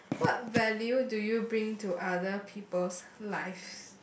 what value do you bring to other people's lives